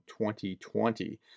2020